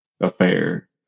affair